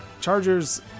Chargers